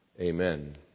Amen